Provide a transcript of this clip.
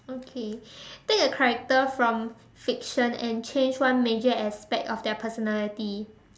okay take a character from fiction and change one major aspect of their personality